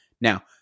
Now